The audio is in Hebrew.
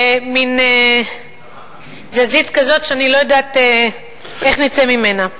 למין תזזית כזו שאני לא יודעת איך נצא ממנה.